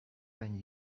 than